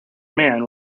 man